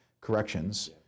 corrections